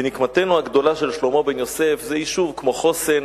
ונקמתנו הגדולה של שלמה בן-יוסף זה יישוב כמו חוסן,